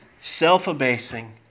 self-abasing